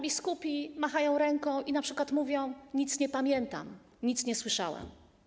Biskupi machają ręką i np. mówią: nic nie pamiętam, nic nie słyszałem.